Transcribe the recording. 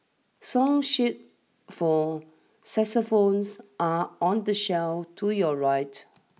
song sheet for saxophones are on the shelf to your right